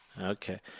Okay